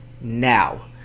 now